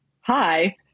Hi